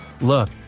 Look